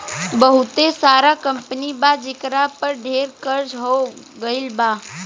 बहुते सारा कंपनी बा जेकरा पर ढेर कर्ज हो गइल बा